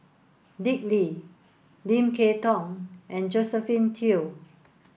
Dick Lee Lim Kay Tong and Josephine Teo